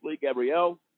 Gabrielle